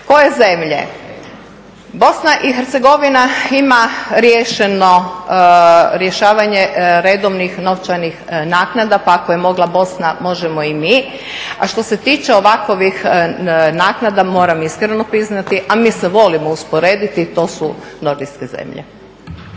Koje zemlje? Bosna i Hercegovina ima riješeno rješavanje redovnih novčanih naknada. Pa ako je mogla Bosna možemo i mi. A što se tiče ovakovih naknada moram iskreno priznati, a mi se volimo usporediti to su nordijske zemlje.